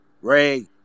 Ray